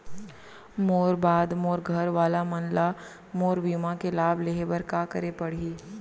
मोर बाद मोर घर वाला मन ला मोर बीमा के लाभ लेहे बर का करे पड़ही?